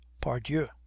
pardieu